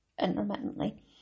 intermittently